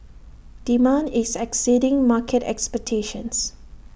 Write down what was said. demand is exceeding market expectations